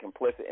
complicit